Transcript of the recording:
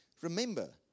Remember